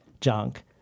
junk